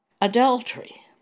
Adultery